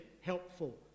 helpful